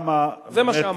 זה מה שאמרתי.